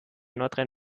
nordrhein